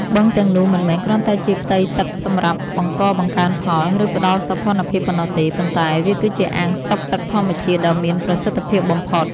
បឹងទាំងនោះ មិនមែនគ្រាន់តែជាផ្ទៃទឹកសម្រាប់បង្កបង្កើនផល ឬផ្តល់សោភ័ណភាពប៉ុណ្ណោះទេ ប៉ុន្តែវាគឺជាអាងស្តុកទឹកធម្មជាតិដ៏មានប្រសិទ្ធភាពបំផុត។